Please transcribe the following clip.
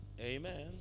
Amen